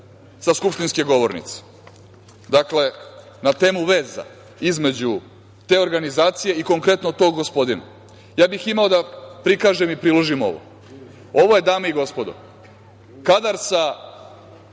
sa skupštinske govornice. Dakle, na temu veza između te organizacije i konkretno tog gospodina ja bih imao da prilažem i priložim ovo. Ovo je dame i gospodo kadar sa